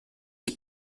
qui